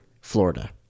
Florida